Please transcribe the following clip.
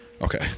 Okay